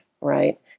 right